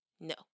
No